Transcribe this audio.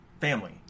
family